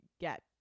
get